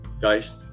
guys